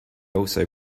also